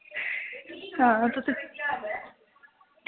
आं